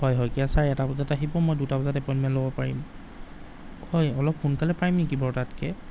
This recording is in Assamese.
হয় শইকীয়া ছাৰ এটা বজাত আহিব মই দুটা বজাত এপইণ্টমেণ্ট ল'ব পাৰিম হয় অলপ সোনকালে পাৰিম নেকি বাৰু তাতকৈ